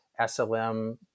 SLM